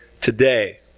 today